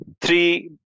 three